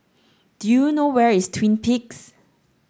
do you know where is Twin Peaks